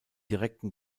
direkten